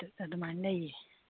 ꯑꯗꯨ ꯑꯗꯨꯃꯥꯏ ꯂꯩꯌꯦ